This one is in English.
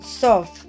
Soft